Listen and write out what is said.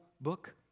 book